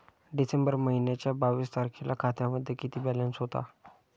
डिसेंबर महिन्याच्या बावीस तारखेला खात्यामध्ये किती बॅलन्स होता?